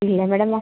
ಇಲ್ಲ ಮೇಡಮ